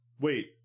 Wait